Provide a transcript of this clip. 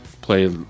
play